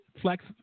flex